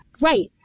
Right